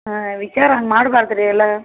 ಹಾಂ ವಿಚಾರ ಹಂಗೆ ಮಾಡ್ಬಾರ್ದು ರೀ ಎಲ್ಲ